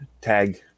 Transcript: tag